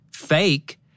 fake